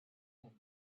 end